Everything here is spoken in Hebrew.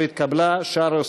בחירות